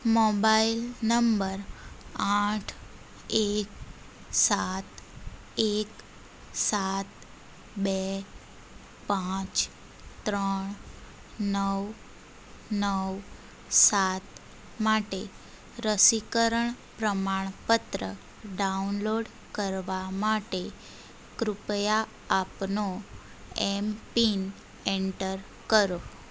mobile number આઠ એક સાત એક સાત બે પાંચ ત્રણ નવ નવ સાત માટે રસીકરણ પ્રમાણપત્ર ડાઉનલોડ કરવા માટે કૃપયા આપનો એમપીન એન્ટર કરો